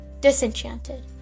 Disenchanted